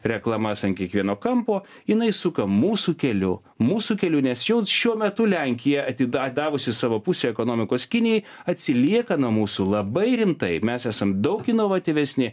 reklamas ant kiekvieno kampo jinai suka mūsų keliu mūsų keliu nes vėl šiuo metu lenkija ati atidavusi savo pusę ekonomikos kinijai atsilieka nuo mūsų labai rimtai mes esam daug inovatyvesni